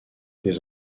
des